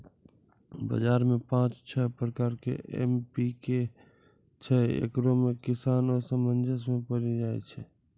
बाजार मे पाँच छह प्रकार के एम.पी.के छैय, इकरो मे किसान असमंजस मे पड़ी जाय छैय?